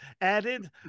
added